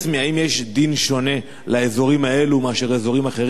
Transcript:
האם יש לאזורים האלה דין שונה מאשר לאזורים אחרים?